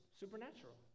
supernatural